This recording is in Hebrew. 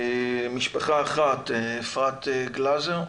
משפחה אחת, אפרת גלזר בבקשה.